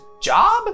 job